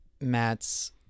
Matt's